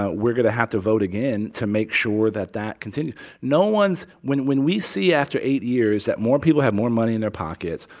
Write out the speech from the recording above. ah we're going to have to vote again to make sure that that continues no one's when when we see after eight years that more people have more money in their pockets,